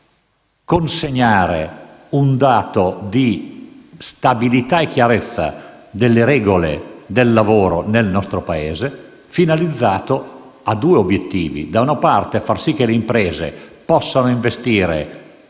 consegnare un dato di stabilità e chiarezza delle regole del lavoro nel nostro Paese, finalizzato a due obiettivi: far sì che le imprese possano investire